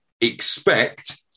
expect